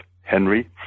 Henry